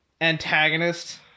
antagonist